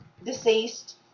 Deceased